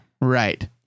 right